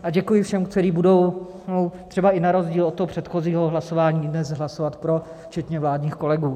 A děkuji všem, kteří budou třeba i na rozdíl od předchozího hlasování dnes hlasovat pro včetně vládních kolegů.